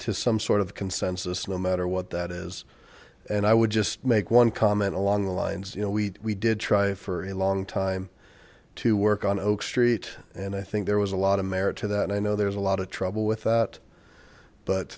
to some sort of consensus no matter what that is and i would just make one comment along the lines you know we we did try for a long time to work on oak street and i think there was a lot of merit to that i know there's a lot of trouble with that but